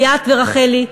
ליאת ורחלי,